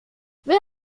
wer